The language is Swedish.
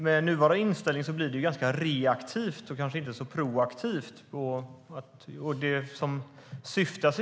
Med nuvarande inställning blir det ganska reaktivt och kanske inte så proaktivt.